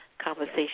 Conversation